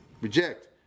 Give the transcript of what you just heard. reject